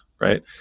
right